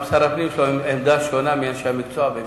גם לשר הפנים יש עמדה שונה משל אנשי המקצוע במשרדו.